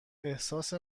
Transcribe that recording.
احساس